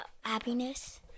Happiness